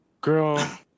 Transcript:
Girl